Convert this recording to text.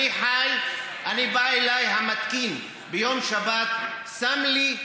בא אליי המתקין ביום שבת, שם לי,